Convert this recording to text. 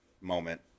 moment